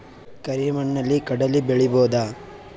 ಕರಿ ಮಣ್ಣಲಿ ಕಡಲಿ ಬೆಳಿ ಬೋದ?